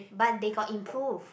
but they got improve